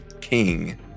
king